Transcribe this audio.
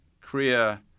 Korea